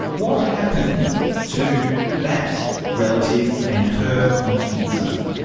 what happened to that relative and her infant son?